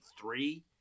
three